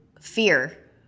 fear